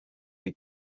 die